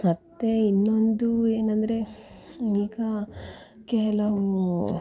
ಮತ್ತು ಇನ್ನೊಂದು ಏನಂದರೆ ಈಗ ಕೆಲವು